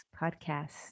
podcast